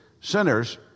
sinners